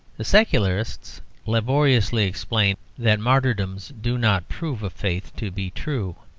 the secularists laboriously explain that martyrdoms do not prove a faith to be true,